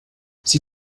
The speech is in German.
sie